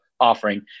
offering